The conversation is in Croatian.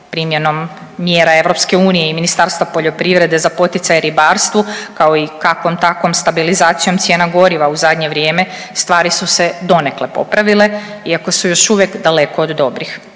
primjenom mjera EU i Ministarstva poljoprivrede za poticaje ribarstvu kao i kakvom takvom stabilizacijom cijena goriva u zadnje vrijeme stvari su se donekle popravile iako su još uvijek daleko od dobrih.